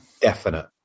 definite